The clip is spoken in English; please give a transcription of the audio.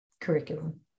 curriculum